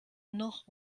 noch